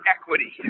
equity